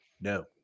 no